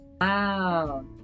Wow